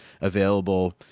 available